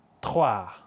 trois